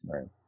Right